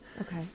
okay